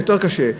יותר קשה,